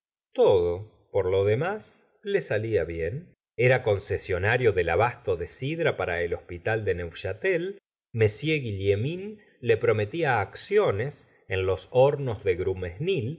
todo por lo d cmá le salía bien era concesionario del abasto d sidra p tra el hospital de neufchatel l gu illaumin le prometía acciones en los hornos de grumesnil y